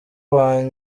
wawe